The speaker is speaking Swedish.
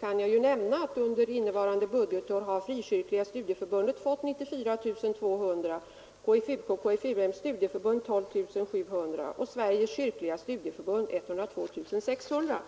kan jag nämna att under innevarande budgetår har Frikyrkliga studieförbundet fått 94 200 kronor, KFUK :s och KFUM:s studieförbund 12 700 kronor och Sveriges kyrkliga studieförbund 102 600